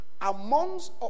amongst